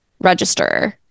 register